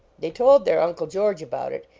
they told their uncle george about it,